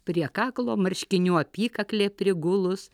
prie kaklo marškinių apykaklė prigulus